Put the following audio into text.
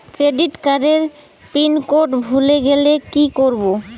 Credit কার্ডের pin code ভুলে গেলে কি করব?